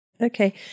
Okay